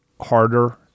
harder